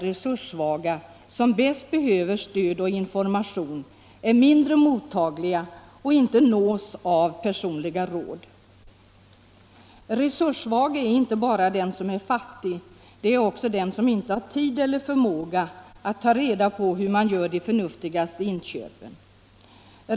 resurssvaga, som bäst behöver stöd och information, är mindre mottagliga och inte nås av personliga råd. Resurssvag är inte bara den som är fattig; det är också den som inte har tid eller förmåga att reda på hur man gör de förnuftigaste inköpen.